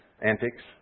antics